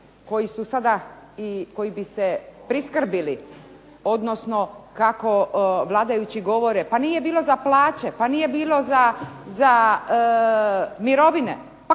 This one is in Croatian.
ovim iznosima koji bi se priskrbili odnosno kako vladajući govore pa nije bilo za plaće, pa nije bilo za mirovine.